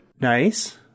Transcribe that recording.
Nice